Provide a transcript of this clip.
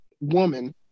woman